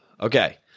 Okay